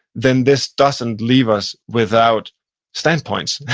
then this doesn't leave us without standpoints.